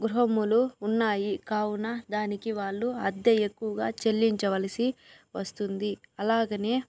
గృహములు ఉన్నాయి కావున దానికి వాళ్లు అద్దె ఎక్కువగా చెల్లించవలసి వస్తుంది అలాగనే